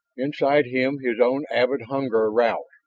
inside him his own avid hunger roused,